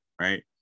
right